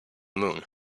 moon